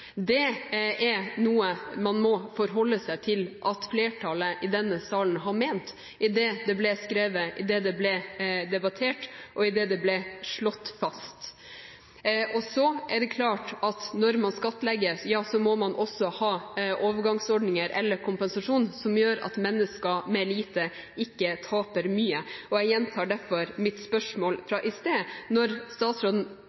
Det er noe man må forholde seg til at flertallet i denne salen har ment idet det ble skrevet, idet det ble debattert, og idet det ble slått fast. Det er klart at når man skattlegger, ja så må man også ha overgangsordninger eller en kompensasjon som gjør at mennesker med lite ikke taper mye. Jeg gjentar derfor mitt spørsmål fra i sted: Når statsråden